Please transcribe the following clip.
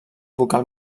vocal